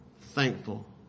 thankful